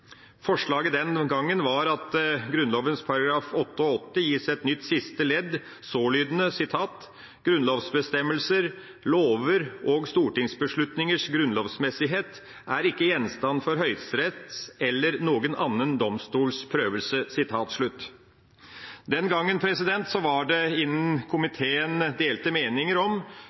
Forslaget den gangen var at Grunnloven § 88 skulle gis et nytt siste ledd, sålydende: «Grundlovsbestemmelsers, Loves og Storthingsbeslutningers Grundlovsmæssighed er ikke Gjenstand for Høiesterets eller nogen anden Domstols Prøvelse.» Den gangen var det innen